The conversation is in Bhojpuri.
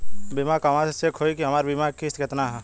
बीमा कहवा से चेक होयी की हमार बीमा के किस्त केतना ह?